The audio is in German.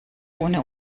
ohne